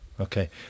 Okay